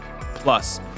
Plus